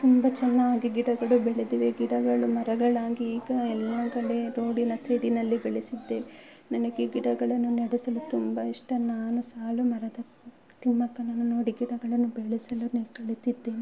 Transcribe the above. ತುಂಬ ಚೆನ್ನಾಗಿ ಗಿಡಗಳು ಬೆಳೆದಿವೆ ಗಿಡಗಳು ಮರಗಳಾಗಿ ಈಗ ಎಲ್ಲ ಕಡೆ ರೋಡಿನ ಸೈಡಿನಲ್ಲಿ ಬೆಳೆಸಿದ್ದೇವೆ ನನಗೆ ಗಿಡಗಳನ್ನು ನೆಡಿಸಲು ತುಂಬ ಇಷ್ಟ ನಾನು ಸಾಲು ಮರದ ತಿಮ್ಮಕ್ಕನನ್ನು ನೋಡಿ ಗಿಡಗಳನ್ನು ಬೆಳೆಸಲು ಕಲಿತಿದ್ದೇನೆ